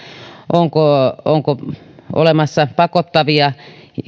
onko olemassa pakottavia